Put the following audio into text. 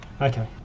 Okay